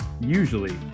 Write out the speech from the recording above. usually